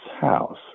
house